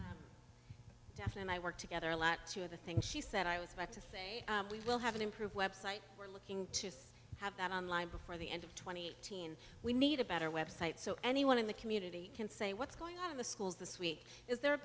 jeff and i work together a lot two of the things she said i was about to say we will have an improved website we're looking to have that on line before the end of twenty eight teen we need a better website so anyone in the community can say what's going on in the schools this week is there a